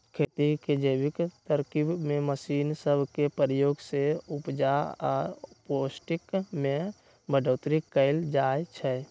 खेती के जैविक तरकिब में मशीन सब के प्रयोग से उपजा आऽ पौष्टिक में बढ़ोतरी कएल जाइ छइ